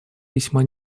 весьма